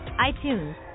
iTunes